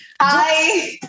Hi